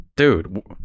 Dude